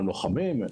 הם לוחמים'.